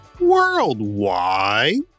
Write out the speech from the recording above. Worldwide